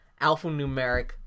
alphanumeric